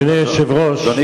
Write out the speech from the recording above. אדוני היה לפניך,